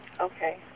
Okay